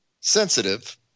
sensitive